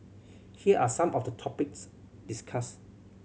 here are some of the topics discussed